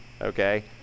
okay